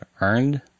earned